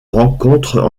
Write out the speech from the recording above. rencontrent